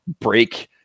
break